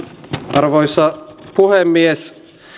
arvoisa puhemies